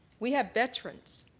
we have veterans.